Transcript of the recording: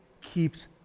keeps